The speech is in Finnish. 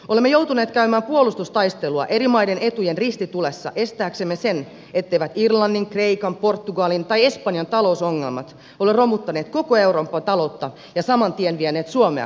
olemme joutuneet käymään puolustustaistelua eri maiden etujen ristitulessa estääksemme sen etteivät irlannin kreikan portugalin tai espanjan talousongelmat ole romuttaneet koko euroopan taloutta ja saman tien vieneet suomea kurimukseen